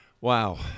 Wow